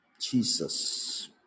Jesus